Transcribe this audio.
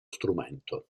strumento